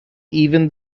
even